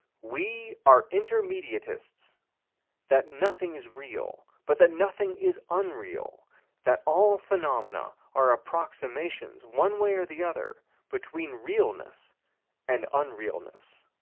we are intermediatists that nothing is real, but that nothing is unreal that all phenomena are approximations one way or the other between realness and unrealness.